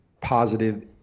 positive